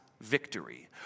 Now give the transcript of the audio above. victory